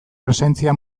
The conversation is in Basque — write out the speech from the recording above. presentzia